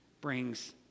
brings